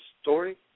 story